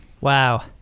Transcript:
wow